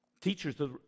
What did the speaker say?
teachers